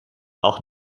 auch